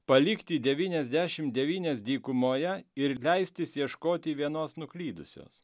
palikti devyniasdešim devynias dykumoje ir leistis ieškoti vienos nuklydusios